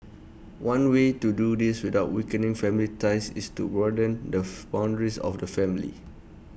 one way to do this without weakening family ties is to broaden the boundaries of the family